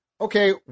okay